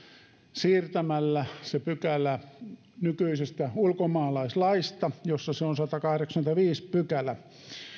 siirtämällä se pykälä nykyisestä ulkomaalaislaista jossa se on sadaskahdeksaskymmenesviides pykälä